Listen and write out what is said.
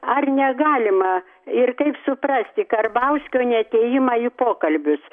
ar negalima ir taip suprasti karbauskio neatėjimą į pokalbius